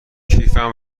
کیفم